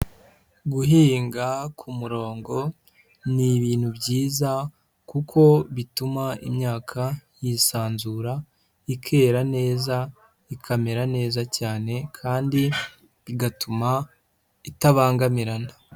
Guhinga ku kumurongo ni ibintu byiza kuko bituma imyaka yisanzura ikera neza, ikamera neza cyane kandi igatuma itabangamirana.